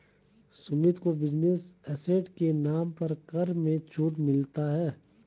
सुमित को business asset के नाम पर कर में छूट मिलता है